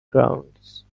grounds